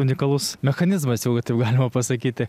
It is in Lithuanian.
unikalus mechanizmas jeigu taip galima pasakyti